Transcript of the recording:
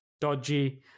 dodgy